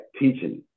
teaching